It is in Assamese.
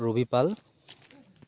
ৰবিপাল